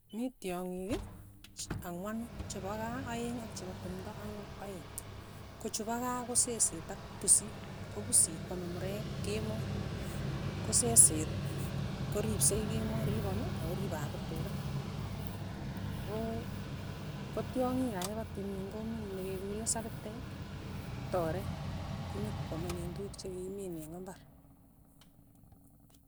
Mi tyongik ang'wanu chepo kaa aeng' ak chepo tumto ang aeng', kochu pa kaa ko seseet ak pusit, ko pusit kwame murek kemoi, ko seseet koripsei kemoi, ripan akoripe akot tuka, ako ko tyongik kai pa timin ko mii nekekuree sapitek ak toree, konyokwamenech tukuk che kikimin eng' imbar.